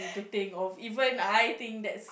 thing of even I think that's